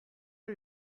are